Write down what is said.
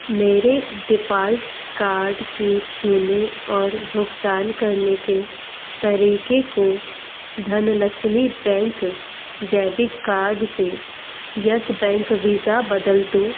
मेरे default card के छूने और भुगतान करने के तरीके को धनलक्ष्मी बैंक डेबिट कार्ड से यस बैंक वीज़ा बदल दो